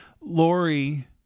Lori